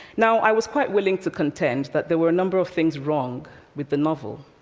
now, i was quite willing to contend that there were a number of things wrong with the novel,